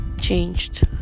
changed